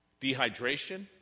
Dehydration